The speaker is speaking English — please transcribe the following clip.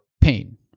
pain